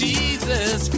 Jesus